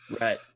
right